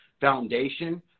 foundation